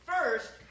first